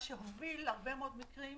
מה שהוביל בהרבה מאוד מקרים